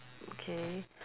okay